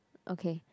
okay